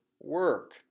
work